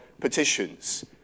petitions